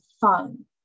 fun